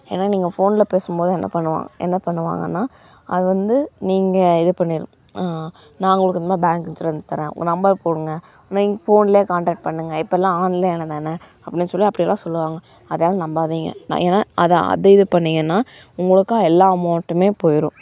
ஏனால் நீங்கள் ஃபோனில் பேசும் போது என்ன பண்ணுவான் என்ன பண்ணுவாங்கன்னால் அது வந்து நீங்கள் இதுபண்ணி நாங்கள் உங்களுக்கு இந்தமாதிரி பேங்க் இன்சூரன்ஸ் தரேன் உங்கள் நம்பர் போடுங்க ஃபோனில் கான்டெக்ட் பண்ணுங்க இப்போல்லாம் ஆன்லைனில்தான அப்படினு சொல்லி அப்படியெல்லாம் சொல்லுவாங்க அதெல்லாம் நம்பாதீங்க நான் ஏனால் அதை அது இது பண்ணீங்கன்னால் உங்களுக்கு எல்லா அமௌண்ட்டுமே போயிடும்